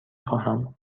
خواهم